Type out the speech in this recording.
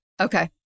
Okay